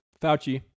fauci